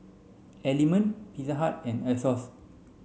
Element Pizza Hut and Asos